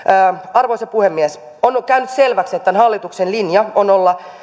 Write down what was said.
arvoisa puhemies on on käynyt selväksi että tämän hallituksen linja on